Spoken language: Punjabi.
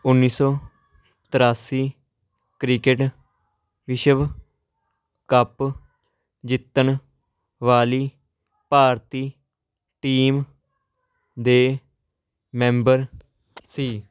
ਉੱਨੀ ਸੌ ਤਰਾਸੀ ਕ੍ਰਿਕਟ ਵਿਸ਼ਵ ਕੱਪ ਜਿੱਤਣ ਵਾਲੀ ਭਾਰਤੀ ਟੀਮ ਦੇ ਮੈਂਬਰ ਸੀ